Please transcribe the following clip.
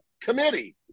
committee